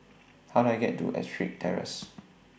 How Do I get to Ettrick Terrace